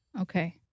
Okay